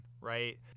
right